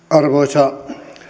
arvoisa